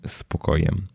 spokojem